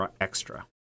extra